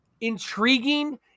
intriguing